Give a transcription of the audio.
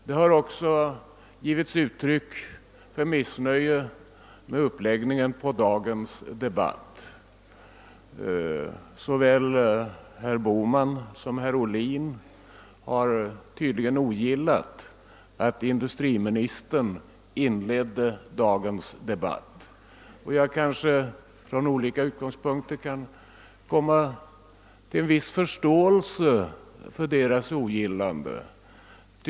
Man har också givit uttryck för missnöje med uppläggningen av dagens debatt. Såväl herr Bohman som herr Ohlin har tydligen ogillat att industriministern inledde den. Jag hyser en viss förståelse för deras ogillande.